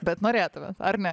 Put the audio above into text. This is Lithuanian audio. bet norėtumėt ar ne